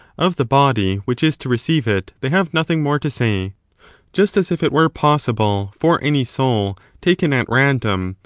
of the body which is to receive it they have nothing more to say just as if it were possible for any soul taken at random,